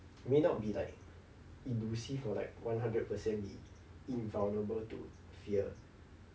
may not be like or like one hundred percent invulnerable to fear